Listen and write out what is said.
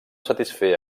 satisfer